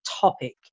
topic